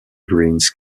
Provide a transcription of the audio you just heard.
greens